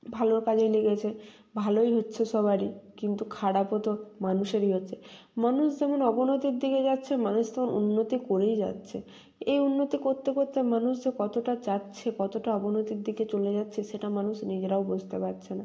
ভালোর কাজেই লেগেছে ভালোই হচ্ছে সবারই কিন্তু খারাপও তো মানুষেরই হচ্ছে মানুষ যেমন অবনতির দিকে যাচ্ছে মানুষ তেমন উন্নতি করেই যাচ্ছে এই উন্নতি করতে করতে মানুষ যে কতোটা যাচ্ছে কতোটা অবনতির দিকে চলে যাচ্ছে সেটা মানুষ নিজেরাও বুঝতে পারছে না